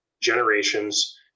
generations